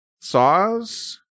saws